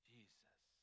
Jesus